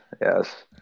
yes